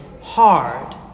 hard